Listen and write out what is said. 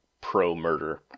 pro-murder